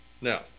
now